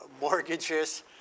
mortgages